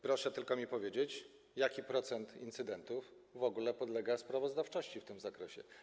Proszę tylko mi powiedzieć, jaki procent incydentów w ogóle podlega sprawozdawczości w tym zakresie.